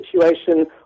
situation